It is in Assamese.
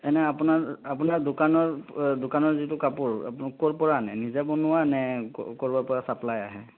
এনে আপোনাৰ আপোনাৰ দোকানৰ দোকানৰ যিটো কাপোৰ আপুনি ক'ৰ পৰা আনে নিজে বনোৱা নে ক'ৰবাৰ পৰা চাপ্লাই আহে